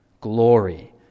glory